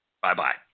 Bye-bye